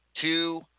two